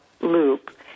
loop